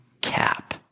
Cap